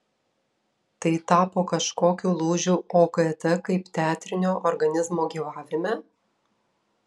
tai tapo kažkokiu lūžiu okt kaip teatrinio organizmo gyvavime